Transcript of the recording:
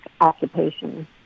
occupation